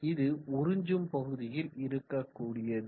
இது உறிஞ்சும் பகுதியில் இருக்க கூடியது